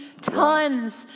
tons